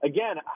Again